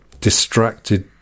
distracted